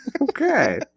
Okay